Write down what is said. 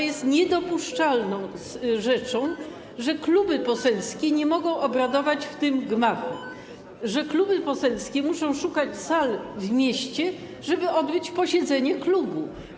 Jest niedopuszczalną rzeczą, że kluby poselskie nie mogą obradować w tym gmachu, że kluby poselskie muszą szukać sal w mieście, żeby odbyło się posiedzenie klubu.